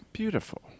Beautiful